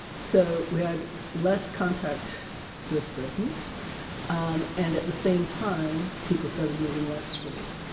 so we had less contact with britain um and at the same time people started moving westward.